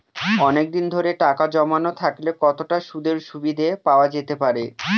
অনেকদিন ধরে টাকা জমানো থাকলে কতটা সুদের সুবিধে পাওয়া যেতে পারে?